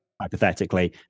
Hypothetically